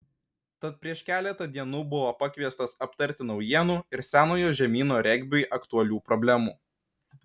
tad prieš keletą dienų buvo pakviestas aptarti naujienų ir senojo žemyno regbiui aktualių problemų